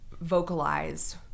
vocalize